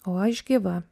o aš gyva